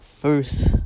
First